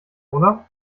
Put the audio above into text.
oder